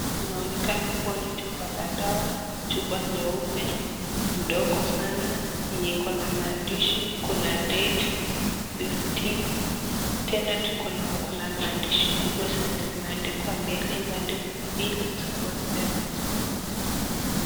Inaonekana kuwa ni chumba la dawa, chumba nyeupe, ndogo sana yenye iko na maandishi, kuna date fifteen tena tuko na kuna maandishi kubwa zenye zimeandikwa mbele Pills for sex .